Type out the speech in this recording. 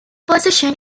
position